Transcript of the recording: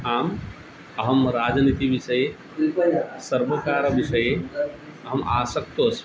आम् अहं राजनीतिविषये सर्वकारविषये अहम् आसक्तः अस्मि